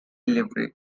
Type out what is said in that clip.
livery